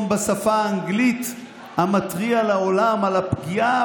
בשפה האנגלית המתריע לעולם על הפגיעה,